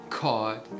God